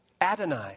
Adonai